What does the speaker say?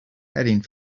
heading